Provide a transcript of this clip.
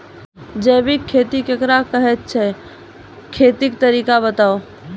जैबिक खेती केकरा कहैत छै, खेतीक तरीका बताऊ?